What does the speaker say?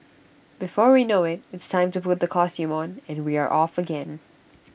before we know IT it's time to put the costume on and we are off again